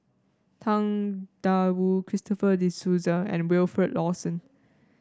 Tang Da Wu Christopher De Souza and Wilfed Lawson